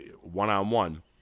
one-on-one